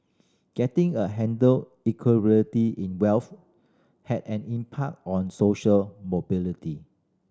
getting a handle Inequality in wealth has an impact on social mobility